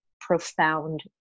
profound